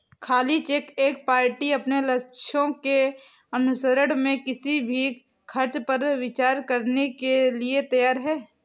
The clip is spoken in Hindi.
खाली चेक एक पार्टी अपने लक्ष्यों के अनुसरण में किसी भी खर्च पर विचार करने के लिए तैयार है